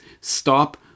Stop